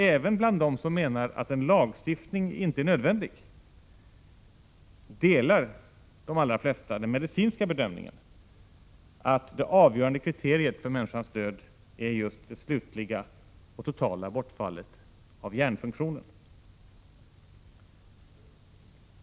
Även bland dem som menar att en lagstiftning inte är nödvändig delar de allra flesta den medicinska bedömningen, att det avgörande kriteriet för människans död är just det slutliga och totala bortfallet av hjärnfunktionen.